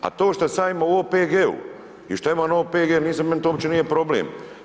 A to šta sam ja imao u OPG-u i što ja imam OPG, mislim, meni to uopće nije problem.